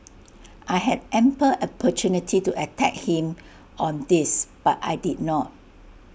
I had ample opportunity to attack him on this but I did not